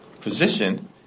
position